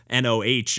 noh